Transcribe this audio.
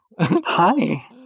Hi